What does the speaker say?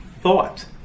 thought